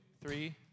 three